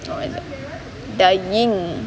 no idea dying